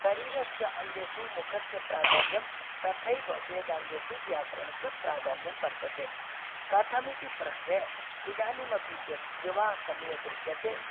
शरीरस्य अङ्गेषु मुखस्य प्राधान्यं तथैव वेदाङ्गेषु व्याकरणस्य प्राधान्यं वर्तते कथं इति प्रश्ने इदानीमपि देक् विवाहसमये दृश्यते